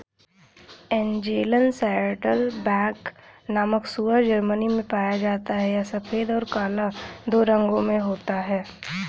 Angeln Saddleback नामक सूअर Germany में पाया जाता है यह सफेद और काला दो रंगों में होता है